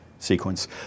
sequence